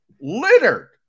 littered